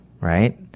right